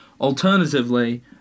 Alternatively